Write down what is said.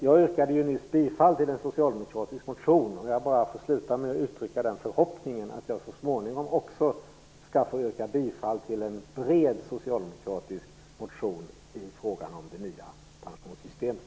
Jag yrkade nyss bifall till en socialdemokratisk motion. Jag vill sluta med att uttrycka förhoppningen att jag så småningom också skall få yrka bifall till en bred socialdemokratisk motion i frågan om det nya pensionssystemet.